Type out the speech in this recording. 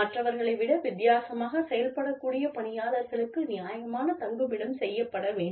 மற்றவர்களை விட வித்தியாசமாகச் செயல்படக்கூடிய பணியாளர்களுக்கு நியாயமான தங்குமிடம் செய்யப்பட வேண்டும்